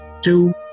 Two